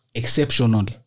exceptional